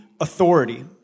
authority